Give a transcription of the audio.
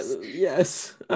yes